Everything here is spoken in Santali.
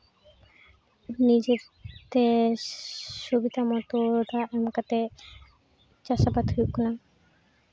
ᱱᱤᱡᱮᱛᱮ ᱥᱩᱵᱤᱫᱟ ᱢᱚᱛᱳ ᱫᱟᱜ ᱮᱢ ᱠᱟᱛᱮ ᱪᱟᱥ ᱟᱵᱟᱫ ᱦᱩᱭᱩᱜ ᱠᱟᱱᱟ